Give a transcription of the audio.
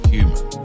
Human